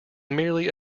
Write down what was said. merely